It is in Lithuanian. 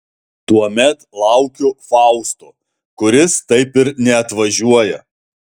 tuomet laukiu fausto kuris taip ir neatvažiuoja